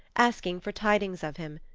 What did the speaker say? asking for tidings of him.